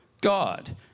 God